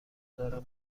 دارم